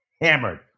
hammered